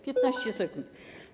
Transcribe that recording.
15 sekund.